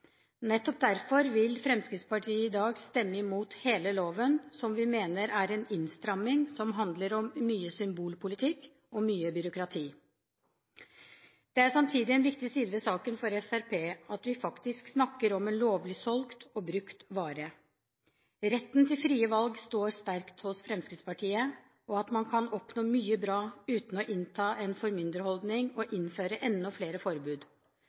Nettopp derfor vil Fremskrittspartiet i dag stemme imot hele loven. Vi mener det er en innstramming som handler om mye symbolpolitikk og mye byråkrati. For Fremskrittspartiet er det samtidig en viktig side ved saken at vi faktisk snakker om en lovlig solgt og brukt vare. Retten til frie valg står sterkt hos Fremskrittspartiet – at man kan oppnå mye bra uten å innta en formynderholdning og innføre enda flere forbud.